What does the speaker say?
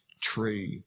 true